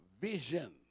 vision